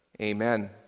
Amen